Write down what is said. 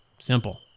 Simple